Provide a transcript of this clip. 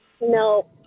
No